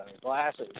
glasses